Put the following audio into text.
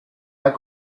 pas